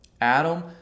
Adam